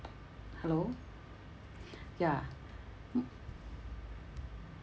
hello ya mm